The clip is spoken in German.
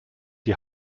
die